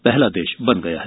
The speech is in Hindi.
पहला देश बन गया है